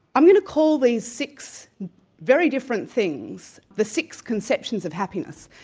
i'm going to call these six very different things the six conceptions of happiness,